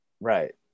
Right